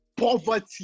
Poverty